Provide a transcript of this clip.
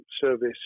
service